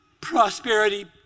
prosperity